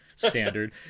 Standard